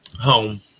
Home